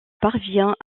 parvient